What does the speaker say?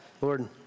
Lord